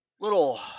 little